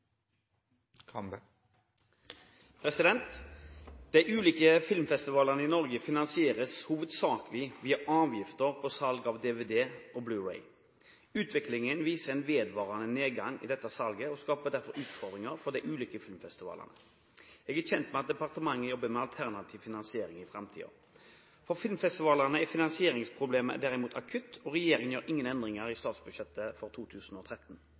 for de ulike filmfestivalene. Jeg er kjent med at Kulturdepartementet jobber med alternativ finansiering i fremtiden. For filmfestivalene er finansieringsproblemet derimot akutt, og regjeringen gjør ingen endringer i statsbudsjettet for 2013.